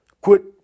Quit